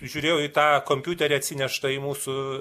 žiūrėjau į tą kompiuterį atsineštą į mūsų